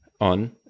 on